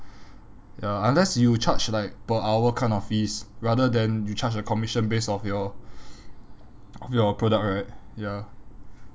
ya unless you charge like per hour kind of fees rather than you charge the commission based off your of your product right ya